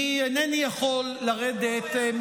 אני אינני יכול לרדת,